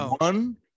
one